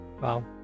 Wow